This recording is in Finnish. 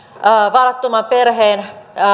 varattoman perheen